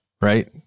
right